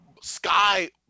sky